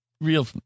real